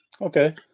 Okay